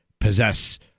possess